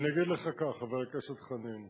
אני אגיד לך כך, חבר הכנסת חנין: